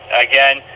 again